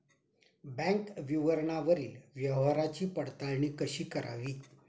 Bank विवरणावरील व्यवहाराची पडताळणी कशी करावी?